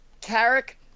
Carrick